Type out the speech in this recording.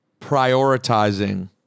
prioritizing